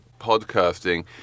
podcasting